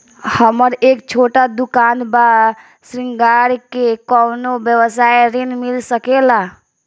हमर एक छोटा दुकान बा श्रृंगार के कौनो व्यवसाय ऋण मिल सके ला?